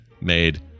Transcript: made